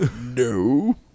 No